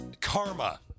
Karma